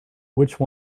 which